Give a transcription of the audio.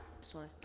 Sorry